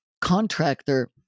contractor